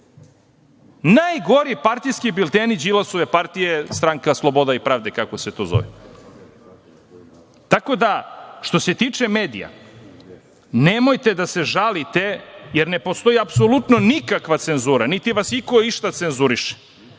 Najgori partijski bilteni Đilasove partije Stranka slobode i pravde, kako se to zove. Tako da, što se tiče medija, nemojte da se žalite, jer ne postoji apsolutno nikakva cenzura, niti vas iko išta cenzuriše.